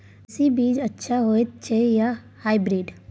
देसी बीज अच्छा होयत अछि या हाइब्रिड?